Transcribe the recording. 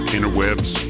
Interwebs